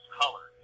color